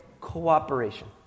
cooperation